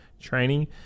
training